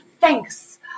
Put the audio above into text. Thanks